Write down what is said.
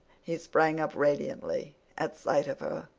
he sprang up radiantly at sight of her.